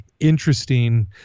Interesting